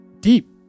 deep